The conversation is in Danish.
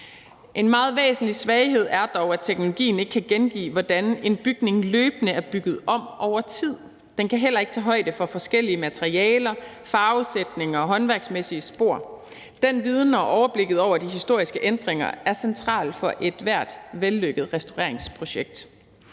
En meget væsentlig svaghed er dog, at teknologien ikke kan gengive, hvordan en bygning løbende er bygget om over tid, den kan heller ikke tage højde for forskellige materialer, farvesætning og håndværksmæssige spor. Den viden og overblikket over de historiske ændringer er centrale for ethvert vellykket restaureringsprojekt.